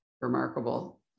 remarkable